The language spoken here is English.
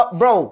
bro